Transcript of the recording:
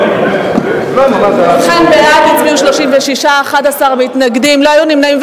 ובכן, בעד הצביעו 36, 11 מתנגדים, לא היו נמנעים.